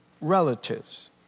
relatives